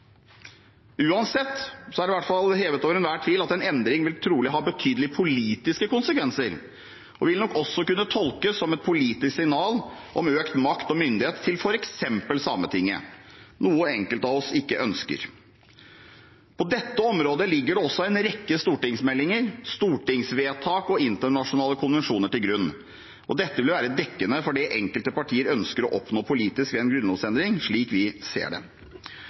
Uansett vil en endring trolig ha betydelige politiske konsekvenser og vil nok også kunne tolkes som et politisk signal om økt makt og myndighet til f.eks. Sametinget, noe enkelte av oss ikke ønsker. På dette området ligger det også en rekke stortingsmeldinger, stortingsvedtak og internasjonale konvensjoner til grunn. Dette vil være dekkende for det enkelte partier ønsker å oppnå politisk ved en grunnlovsendring, slik vi ser det.